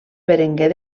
berenguer